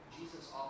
Jesus